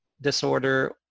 disorder